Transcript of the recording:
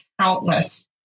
countless